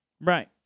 Right